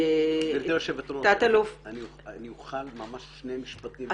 גבירתי היושבת-ראש, אפשר שתי מילים?